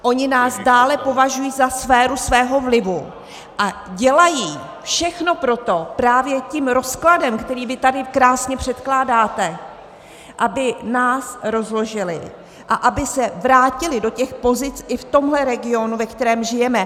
Oni nás dále považují za sféru svého vlivu a dělají všechno pro to, právě tím rozkladem, který vy tady krásně předkládáte, aby nás rozložili a aby se vrátili do těch pozic i v tomhle regionu, ve kterém žijeme.